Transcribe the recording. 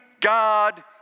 God